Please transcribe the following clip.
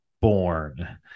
born